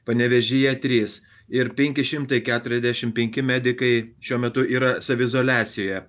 panevėžyje trys ir penki šimtai keturiasdešimt penki medikai šiuo metu yra saviizoliacijoje